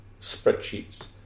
spreadsheets